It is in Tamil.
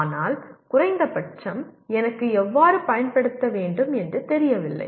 ஆனால் குறைந்தபட்சம் எனக்கு எவ்வாறு பயன்படுத்த வேண்டும் என்று தெரியவில்லை